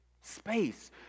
space